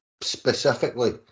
specifically